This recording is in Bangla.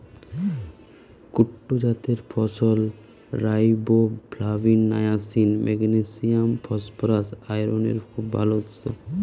কুট্টু জাতের ফসল রাইবোফ্লাভিন, নায়াসিন, ম্যাগনেসিয়াম, ফসফরাস, আয়রনের খুব ভাল উৎস